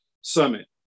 summit